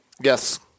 yes